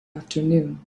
afternoon